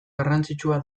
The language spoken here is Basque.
garrantzitsua